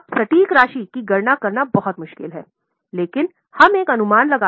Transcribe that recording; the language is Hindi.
सटीक राशि की गणना करना बहुत मुश्किल है लेकिन हम एक अनुमान लगाते हैं